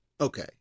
Okay